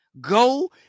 Go